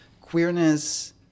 queerness